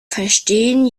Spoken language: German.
verstehen